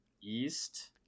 East